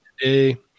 today